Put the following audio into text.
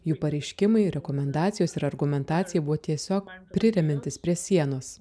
jų pareiškimai rekomendacijos ir argumentacija buvo tiesiog priremiantys prie sienos